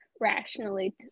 rationally